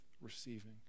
receiving